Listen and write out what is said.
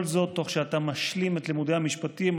וכל זאת תוך שאתה משלים את לימודי המשפטים,